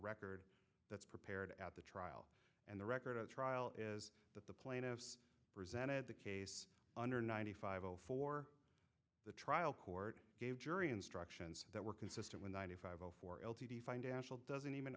record that's prepared at the trial and the record of the trial is that the plaintiffs presented the case under ninety five zero for the trial court gave jury instructions that were consistent with ninety five zero four l t d financial doesn't even